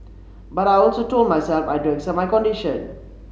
but I also told myself I had to accept my condition